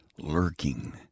Lurking